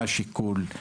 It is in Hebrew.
מה השיקול,